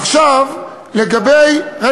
עכשיו, לגבי, זאת לא השאלה.